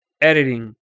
editing